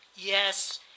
yes